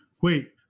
Wait